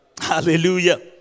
Hallelujah